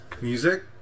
music